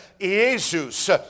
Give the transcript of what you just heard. Jesus